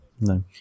No